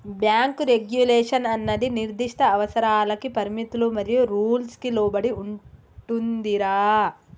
bank regulation అన్నది నిర్దిష్ట అవసరాలకి పరిమితులు మరియు రూల్స్ కి లోబడి ఉంటుందిరా